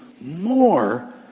more